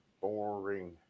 Boring